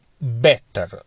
better